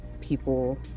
people